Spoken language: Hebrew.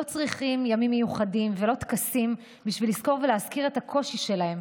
לא צריכים ימים מיוחדים ולא טקסים בשביל לזכור ולהזכיר את הקושי שלהם,